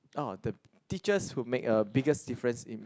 oh the teachers who make a biggest difference in